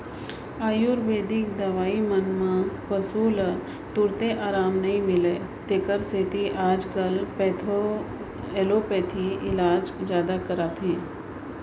आयुरबेदिक दवई मन म पसु ल तुरते अराम नई मिलय तेकर सेती आजकाल एलोपैथी इलाज जादा कराथें